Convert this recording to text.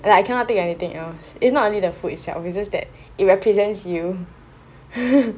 like I cannot think of anything else is not really the food itself it's just that it represents you